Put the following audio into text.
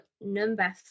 number